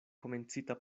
komencita